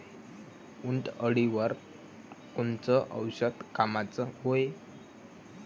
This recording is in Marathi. उंटअळीवर कोनचं औषध कामाचं हाये?